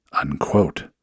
unquote